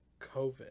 COVID